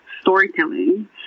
storytelling